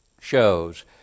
shows